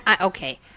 okay